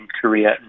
Korea